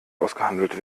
ausgehandelt